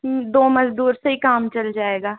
हाँ दो मज़दूर से ही काम चल जाएगा